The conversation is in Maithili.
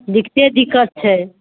दिकते दिक्कत छै